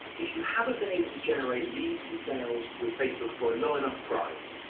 if you haven't been able to generate leads and sales with facebook for a low enough price,